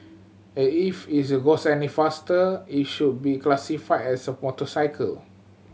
as if is goes any faster it should be classified as a motorcycle